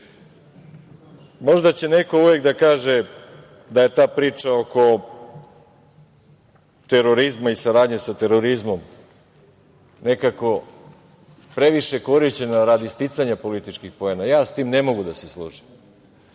će neko da kaže da je ta priča oko terorizma i saradnje sa terorizmom nekako previše korišćena radi sticanja političkih poena. Ja s tim ne mogu da se složim.